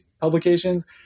publications